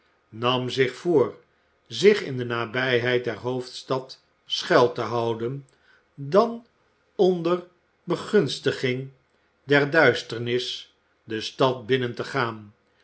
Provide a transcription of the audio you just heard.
nam zich voor zich in de nabijheid der hoofdstad schuil te houden dan onder begunstiging der duisternis de stad binnen te gaan